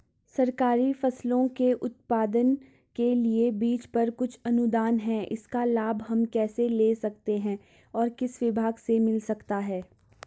सरकारी फसलों के उत्पादन के लिए बीज पर कुछ अनुदान है इसका लाभ हम कैसे ले सकते हैं और किस विभाग से मिल सकता है?